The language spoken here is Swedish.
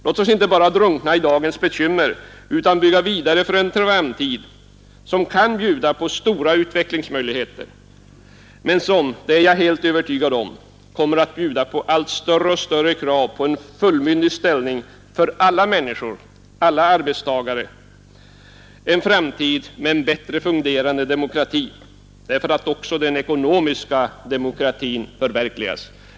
Låt oss inte bara drunkna i dagens bekymmer utan bygga vidare för en framtid, som kan bjuda på stora utvecklingsmöjligheter men som, det är jag helt övertygad om, kommer att bjuda på allt större krav på en fullmyndig ställning för alla människor, alla arbetstagare, en framtid med en bättre fungerande demokrati, därför att även den ekonomiska demokratin förverkligas.